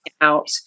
out